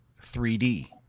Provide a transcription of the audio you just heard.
3D